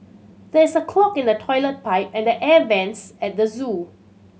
there is a clog in the toilet pipe and the air vents at the zoo